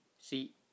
See